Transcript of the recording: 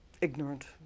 ignorant